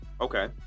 Okay